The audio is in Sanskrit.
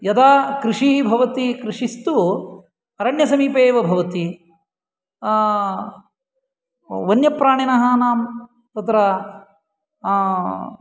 यदा कृषिः भवति कृषिस्तु अरण्यसमीपे एव भवति वन्यप्राणिनः नाम् तत्र